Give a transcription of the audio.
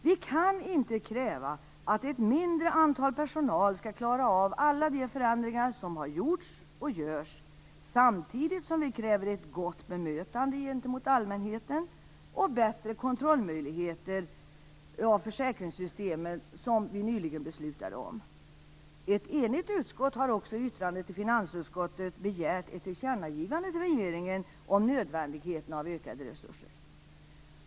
Vi kan inte kräva att en mindre mängd personal skall klara av alla de förändringar som gjorts och görs, samtidigt som vi kräver ett gott bemötande gentemot allmänheten och bättre kontrollmöjligheter av försäkringssystemen, som vi nyligen beslutade om. Ett enigt utskott har också i ett yttrande till finansutskottet begärt ett tillkännagivande till regeringen om nödvändigheten av ökade resurser.